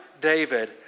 David